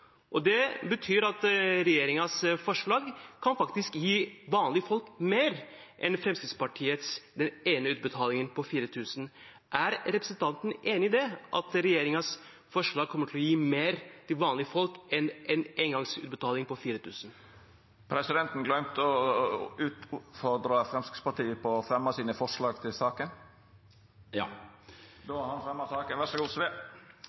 Det betyr at regjeringens forslag faktisk kan gi vanlige folk mer enn Fremskrittspartiets forslag om den ene utbetalingen på 4 000 kr. Er representanten enig i at regjeringens forslag kommer til å gi mer til vanlige folk enn engangsutbetalingen på